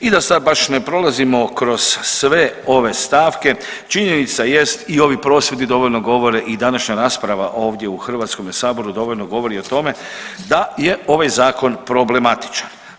I da sad baš ne prolazimo kroz sve ove stavke, činjenica jest i ovi prosvjedi dovoljno govore i današnja rasprava ovdje u Hrvatskome saboru dovoljno govori o tome da je ovaj zakon problematičan.